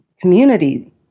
community